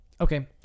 Okay